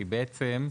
בעצם,